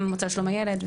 גם המועצה לשלום הילד,